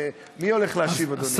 מי הולך להשיב, אדוני?